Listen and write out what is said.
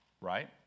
Right